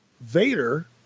Vader